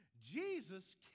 Jesus